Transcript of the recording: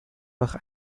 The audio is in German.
durch